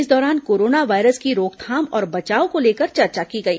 इस दौरान corona virus की रोकथाम और बचाव को लेकर चर्चा की गई